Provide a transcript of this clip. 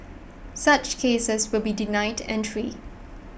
such cases will be denied entry